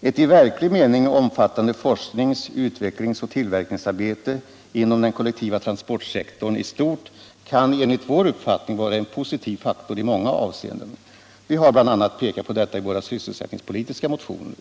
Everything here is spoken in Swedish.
Ett i verklig mening omfattande forsknings-, utvecklings och tillverkningsarbete inom den kollektiva transportsektorn i stort kan enligt vår uppfattning vara en positiv faktor i många avseenden. Vi har bl.a. pekat på detta i våra sysselsättningspolitiska motioner.